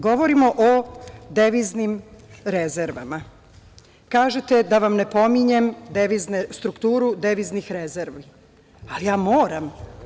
Govorimo o deviznim rezervama, kažete da vam ne pominjem deviznu strukturu deviznih rezervi, ali ja moram.